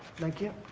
thank you.